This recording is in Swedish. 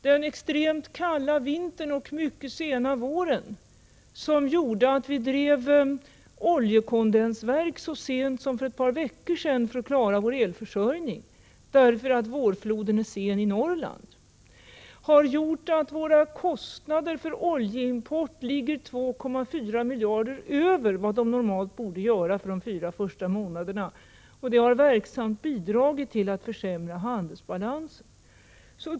Den extremt kalla vintern och den mycket sena våren med en försenad vårflod i Norrland, som gjorde att vi drev oljekondensverk så sent som för ett par veckor sedan för att klara vår elförsörjning, har gjort att våra kostnader för oljeimport ligger 2,4 miljarder över vad de normalt borde göra för de första fyra månaderna. Detta har verksamt bidragit till att försämra handelsbalansen.